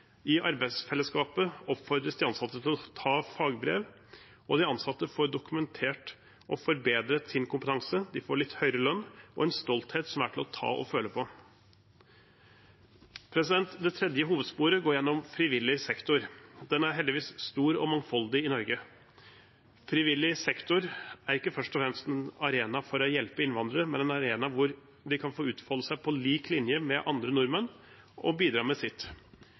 I arbeidsfellesskapet oppfordres de ansatte til å ta fagbrev. De ansatte får dokumentert og forbedret sin kompetanse, de får litt høyere lønn, og de får en stolthet som er til å ta og føle på. Det tredje hovedsporet går gjennom frivillig sektor. Den er heldigvis stor og mangfoldig i Norge. Frivillig sektor er ikke først og fremst en arena for å hjelpe innvandrere, men en arena hvor de kan få utfolde seg på lik linje med andre nordmenn og bidra med sitt.